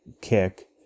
kick